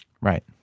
Right